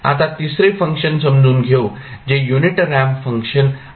आता तिसरे फंक्शन समजून घेऊ जे युनिट रॅम्प फंक्शन आहे